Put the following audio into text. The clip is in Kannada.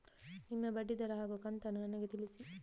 ನಿಮ್ಮ ಬಡ್ಡಿದರ ಹಾಗೂ ಕಂತನ್ನು ನನಗೆ ತಿಳಿಸಿ?